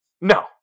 No